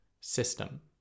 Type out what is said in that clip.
system